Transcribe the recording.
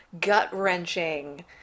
gut-wrenching